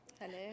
Hello